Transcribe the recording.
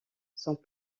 sont